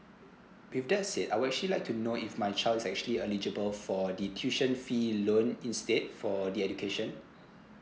with that said I would actually like to know if my child is actually eligible for the tuition fee loan instead for the education